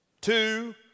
two